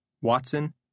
Watson